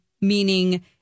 meaning